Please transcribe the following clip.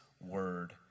word